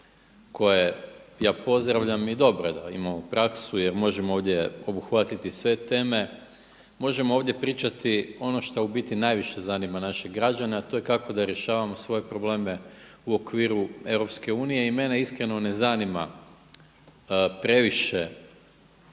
koje ja pozdravljam i dobro je da imamo praksu jer možemo ovdje obuhvatiti sve teme. Možemo ovdje pričati ono šta u biti najviše zanima naše građane, a to je kako da rješavamo svoje probleme u okviru EU i mene iskreno ne zanima previše,